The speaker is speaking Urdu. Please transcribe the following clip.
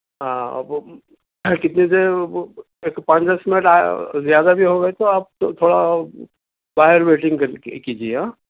ہاں اب وہ کتنے دیر وو ایک پانچ دس منٹ زیادہ بھی ہو گئے تو آپ تھوڑا باہر ویٹنگ کر کیجیے گا آں